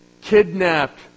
kidnapped